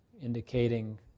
indicating